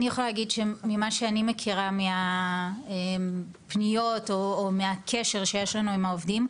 אני יכולה להגיד שממה שאני מכירה מהפניות או מהקשר שיש לנו עם העובדים,